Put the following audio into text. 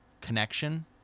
connection